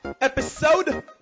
Episode